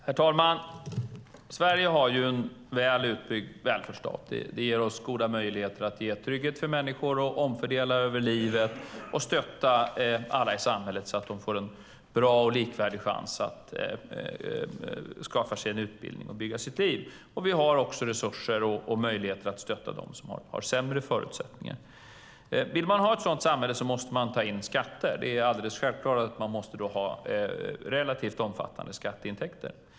Herr talman! Sverige är ju en väl utbyggd välfärdsstat. Det ger oss goda möjligheter att ge trygghet för människor och omfördela över livet och stötta alla i samhället så att de får en god och likvärdig chans att skaffa sig en utbildning och bygga sig ett liv. Vi har också resurser och möjligheter att stötta dem som har sämre förutsättningar. Vill man ha ett sådant samhälle måste man ta in relativt omfattande skatteintäkter.